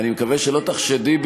לא יעזור לכם.